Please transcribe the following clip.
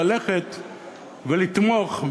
ללכת ולתמוך,